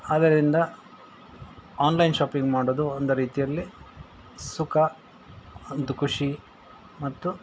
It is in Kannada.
ಆದ್ದರಿಂದ ಆನ್ಲೈನ್ ಶಾಪಿಂಗ್ ಮಾಡೋದು ಒಂದು ರೀತಿಯಲ್ಲಿ ಸುಖ ಒಂದು ಖುಷಿ ಮತ್ತು